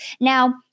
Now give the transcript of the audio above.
Now